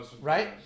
right